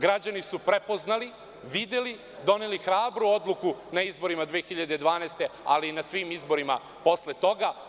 Građani su to prepoznali i videli i doneli hrabru odluku na izborima 2012. godine, ali i na svim izborima posle toga.